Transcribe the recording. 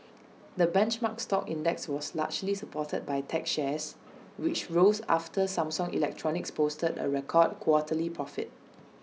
the benchmark stock index was largely supported by tech shares which rose after Samsung electronics posted A record quarterly profit